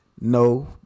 no